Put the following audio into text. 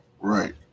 Right